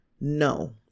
No